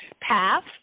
path